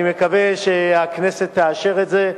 אני מקווה שהכנסת תאשר את ההצעה,